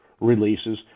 releases